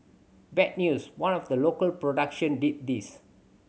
bad news one of the local production did this